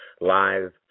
live